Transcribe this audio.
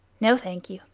no, thank you.